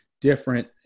different